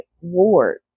ward